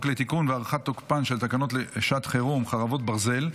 חוק לתיקון ולהארכת תוקפן של תקנות שעת חירום (חרבות ברזל)